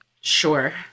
sure